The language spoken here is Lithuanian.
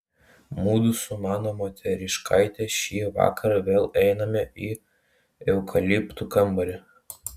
mudu su mano moteriškaite šįvakar vėl einame į eukaliptų kambarį